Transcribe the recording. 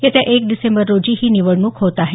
येत्या एक डिसेंबर रोजी ही निवडणूक होत आहे